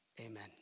amen